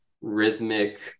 rhythmic